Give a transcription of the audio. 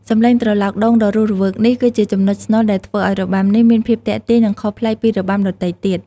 សំឡេងត្រឡោកដូងដ៏រស់រវើកនេះ គឺជាចំណុចស្នូលដែលធ្វើឱ្យរបាំនេះមានភាពទាក់ទាញ និងខុសប្លែកពីរបាំដទៃទៀត។